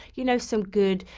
you know some good,